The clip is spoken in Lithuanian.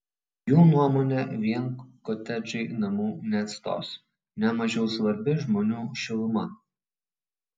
jų nuomone vien kotedžai namų neatstos ne mažiau svarbi žmonių šiluma